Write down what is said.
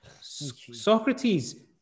Socrates